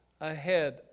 ahead